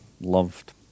loved